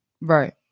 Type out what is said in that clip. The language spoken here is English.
Right